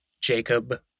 Jacob